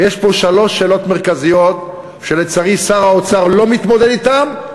ויש פה שלוש שאלות מרכזיות שלצערי שר האוצר לא מתמודד אתן,